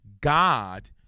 God